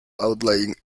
outlying